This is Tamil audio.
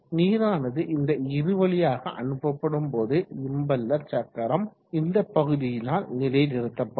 நீரானது இந்த இருவழியாக அனுப்பப்படும் போது இம்பெல்லர் சக்கரம் இந்த பகுதியினால் நிலை நிறுத்தப்படும்